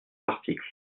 l’article